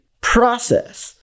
process